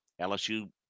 LSU